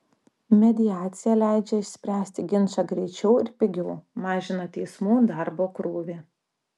mediacija leidžia išspręsti ginčą greičiau ir pigiau mažina teismų darbo krūvį